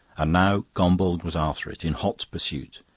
and now gombauld was after it, in hot pursuit.